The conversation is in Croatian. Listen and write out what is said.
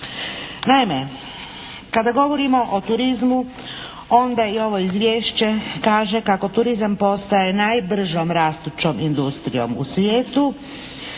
Naime, kada govorimo o turizmu onda i ovo izvješće kaže kako turizam postaje najbržom rastućom industrijom u svijetu